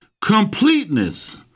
Completeness